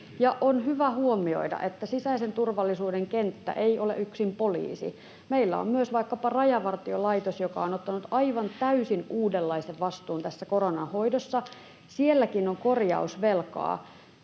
on hyvä huomioida, että sisäisen turvallisuuden kenttä ei ole yksin poliisi. Meillä on myös vaikkapa Rajavartiolaitos, joka on ottanut aivan täysin uudenlaisen vastuun tässä koronan hoidossa. Sielläkin on korjausvelkaa.